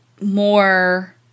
more